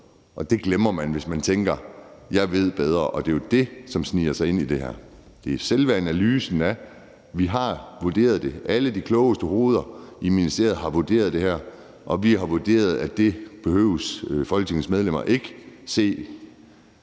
og det glemmer man, hvis man tænker, at man ved bedre. Og det er jo det, som sniger sig ind i det her. Det er selve analysen af, at man har vurderet det; alle de klogeste hoveder i ministeriet har vurderet det her, og de har vurderet, at det behøver Folketingets medlemmer ikke se.